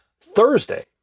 Thursday